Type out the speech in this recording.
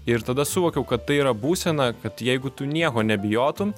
ir tada suvokiau kad tai yra būsena kad jeigu tu nieko nebijotum